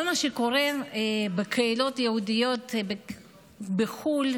כל מה שקורה בקהילות היהודיות בחו"ל,